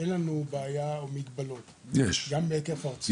אין לנו בעיה או מגבלות, גם בהיקף ארצי.